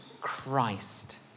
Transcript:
Christ